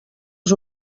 els